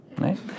right